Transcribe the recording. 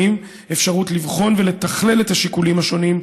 אפשרות לבחון ולתכלל את השיקולים השונים,